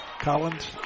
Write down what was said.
Collins